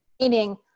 meaning